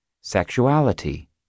sexuality